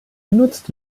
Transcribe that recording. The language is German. genutzt